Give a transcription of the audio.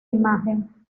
imagen